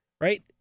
right